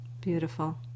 Beautiful